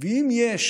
ואם יש